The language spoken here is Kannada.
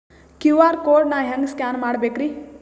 ಕ್ಯೂ.ಆರ್ ಕೋಡ್ ನಾ ಹೆಂಗ ಸ್ಕ್ಯಾನ್ ಮಾಡಬೇಕ್ರಿ?